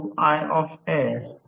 5 V2x 2असेल